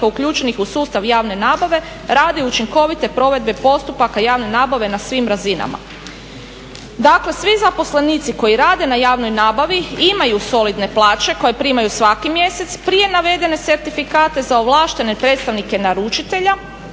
uključenih u sustav javne nabave radi učinkovite provedbe postupaka javne nabave na svim razinama. Dakle svi zaposlenici koji rade na javnoj nabavi imaju solidne plaće koje primaju svaki mjesece prije navedene certifikate za ovlaštene predstavnike naručitelja